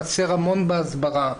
חסר המון בהסברה,